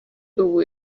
ubu